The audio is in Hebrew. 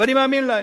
ואני מאמין להם.